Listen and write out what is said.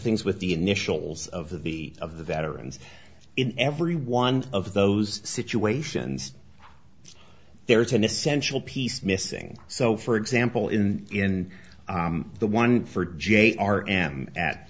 things with the initials of the of the veterans in every one of those situations there's an essential piece missing so for example in the one for j r m at